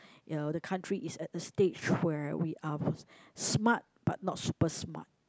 ya the country is at a stage where we are smart but not super smart